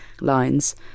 lines